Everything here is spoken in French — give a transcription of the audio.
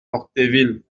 octeville